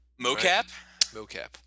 Mocap